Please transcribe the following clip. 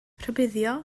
rhybuddio